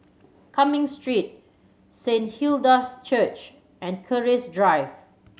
Cumming Street Saint Hilda's Church and Keris Drive